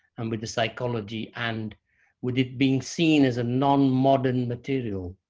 and with the psychology, and with it being seen as a non modern material.